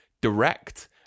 direct